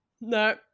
no